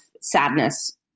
sadness